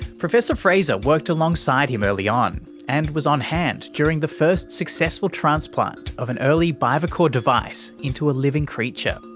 professor fraser worked alongside him early on and was on hand during the first successful transplant of an early bivacor device into a living creature,